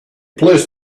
placed